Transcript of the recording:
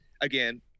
again